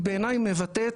היא בעיניי היא מבטאת